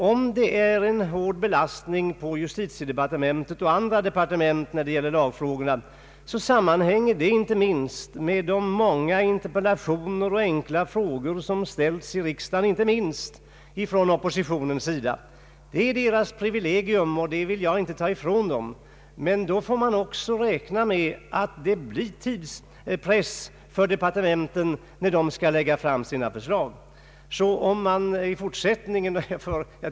Om det är en hård arbetsbelastning på justitiedepartementet och andra departement, sammanhänger det med de många interpellationer och enkla frågor som ställts i riksdagen — inte minst från oppositionspartiernas sida. Det är deras privilegium, och det vill jag inte ta ifrån dem. Men då måste man också räkna med att det blir tidspress för departementet när detta skall lägga fram sina förslag.